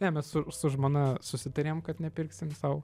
ne mes su su žmona susitarėm kad nepirksim sau